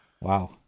Wow